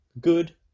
good